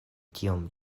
tiom